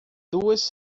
duas